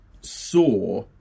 saw